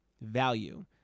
value